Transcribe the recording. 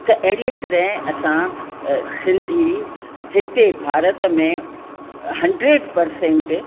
त अहिड़ीअ तरह असां सिंधी हिते भारत में हन्डरेड परसंट